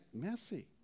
messy